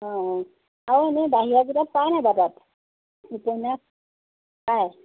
অ আৰু এনে বাহিৰা কিতাপ পায় নাই বাৰু তাত উপন্যাস পায়